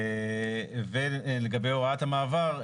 לגבי הוראת המעבר,